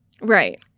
right